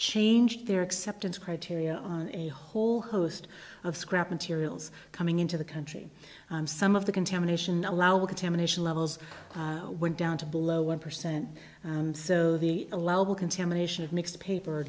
changed their acceptance criteria a whole host of scrap materials coming into the country and some of the contamination allowed contamination levels went down to below one percent so the allowable contamination of mixed paper